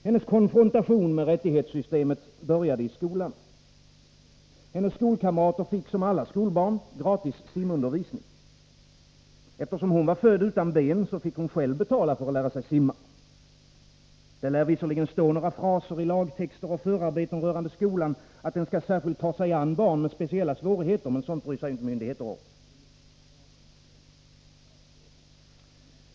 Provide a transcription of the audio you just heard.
Hennes konfrontation med rättighetssystemet började i skolan. Hennes skolkamrater fick, som alla skolbarn, gratis simundervisning. Eftersom hon var född utan ben fick hon själv betala för att lära sig simma. Det lär visserligen stå några fraser i lagtexter och förarbeten rörande skolan om att den skall särskilt ta sig an barn med speciella svårigheter, men sådant bryr sig ju inte myndigheter om.